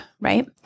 Right